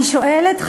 אני שואלת,